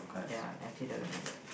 ya actually doesn't lah but